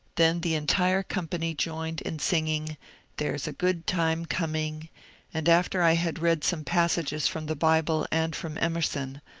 then the entire company joined in singing there s a good time coming and after i had read some passages from the bible and from emerson,